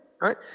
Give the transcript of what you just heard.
right